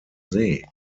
see